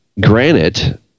granite